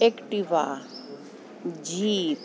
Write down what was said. Activa zip